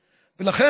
על בסיס שקרים.